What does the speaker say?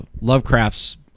Lovecraft's